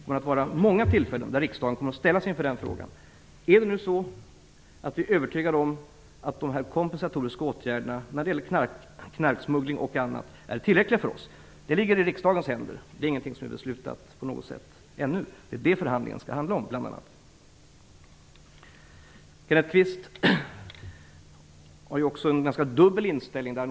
Om de kompensatoriska åtgärderna när det gäller narkotikasmuggling är tillräckliga för oss ligger det i riksdagens händer att besluta. Det är ingenting som är beslutat ännu. Det är bl.a. detta förhandlingen skall handla om. Kenneth Kvist har en "dubbel" inställning.